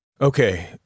Okay